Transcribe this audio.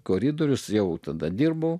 koridorius jau tada dirbo